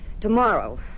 Tomorrow